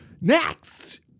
Next